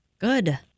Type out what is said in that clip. good